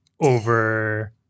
over